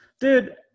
Dude